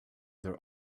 their